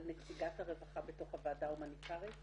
על נציגת הרווחה בתוך הוועדה ההומניטרית,